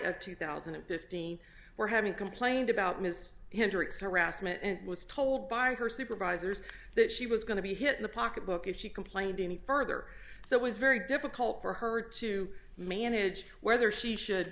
of two thousand and fifteen where having complained about missed her rassmann and was told by her supervisors that she was going to be hit in the pocketbook if she complained any further so it was very difficult for her to manage whether she should